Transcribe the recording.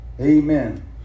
amen